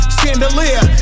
chandelier